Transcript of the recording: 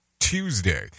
tuesday